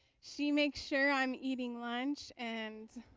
she makes sure i'm eating lunch and